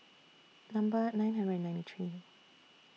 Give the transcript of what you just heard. Number nine hundred and ninety three